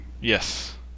Yes